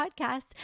podcast